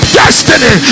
destiny